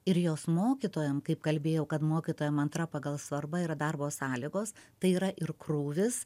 ir jos mokytojam kaip kalbėjau kad mokytojam antra pagal svarbą yra darbo sąlygos tai yra ir krūvis